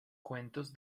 cuentos